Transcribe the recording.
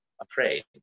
afraid